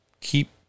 keep